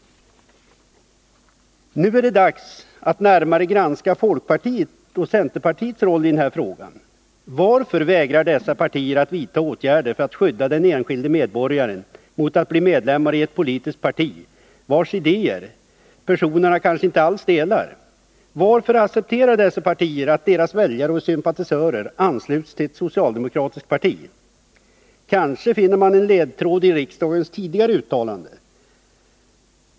Nu är det dags att närmare granska folkpartiets och centerpartiets rolli den här frågan. Varför vägrar dessa partier att vidta åtgärder för att skydda den enskilde medborgaren mot att bli medlem i ett politiskt parti, vars idéer personerna kanske inte alls delar? Varför accepterar dessa partier att deras väljare och sympatisörer ansluts till det socialdemokratiska partiet? Kanske finner man en ledtråd i riksdagens tidigare uttalande.